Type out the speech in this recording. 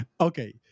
okay